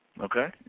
Okay